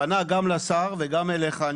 פנה לשר ואני יודע שגם אליך,